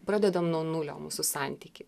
pradedame nuo nulio mūsų santykį